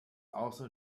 also